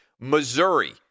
Missouri